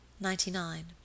Ninety-nine